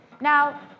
Now